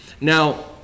Now